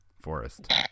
forest